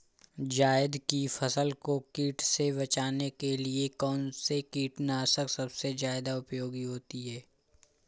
जायद की फसल को कीट से बचाने के लिए कौन से कीटनाशक सबसे ज्यादा उपयोगी होती है?